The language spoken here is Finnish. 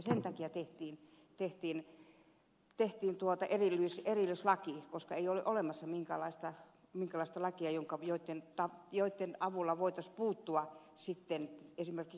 sen takia tehtiin erillislaki koska ei ole olemassa minkäänlaisia lakeja joitten avulla tällaisiin ongelmiin voitaisiin puuttua esimerkiksi perustaa sovittelulautakunta